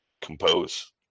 compose